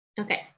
Okay